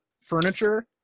furniture